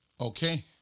Okay